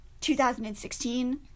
2016